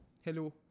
Hello